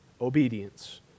obedience